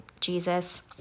Jesus